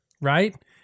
right